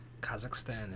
Kazakhstan